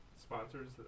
sponsors